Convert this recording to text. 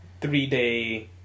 Three-day